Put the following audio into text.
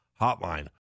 Hotline